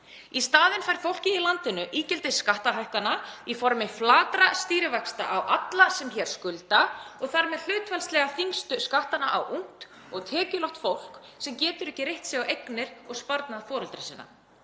Í staðinn fær fólkið í landinu ígildi skattahækkana í formi flatra stýrivaxta á alla sem hér skulda og þar með hlutfallslega þyngstu skattana á ungt og tekjulágt fólk sem getur ekki reitt sig á eignir og sparnað foreldra sinna.